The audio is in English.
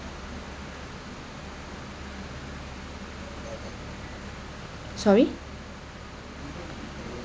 sorry